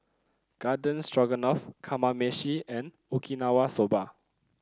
Garden Stroganoff Kamameshi and Okinawa Soba